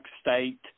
State